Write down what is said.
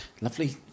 lovely